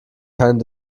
keine